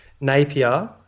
Napier